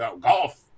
golf